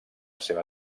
seva